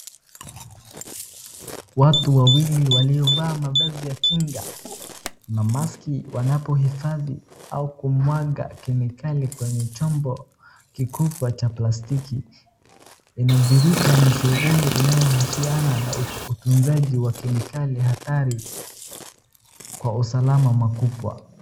Watu wawili waliovaa mavazi ya kinga na maski wanapohesabu au kumwaga kemikali kwenye chombo kikubwa cha plastiki. Inadhihirika ni shughuli inayohusiana na utunzaji wa kemikali hatari kwa usalama makubwa.